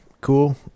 cool